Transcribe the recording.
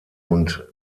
und